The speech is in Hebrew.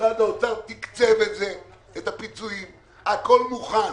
משרד האוצר תקצב את זה, את הפיצויים, הכול מוכן,